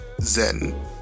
Zen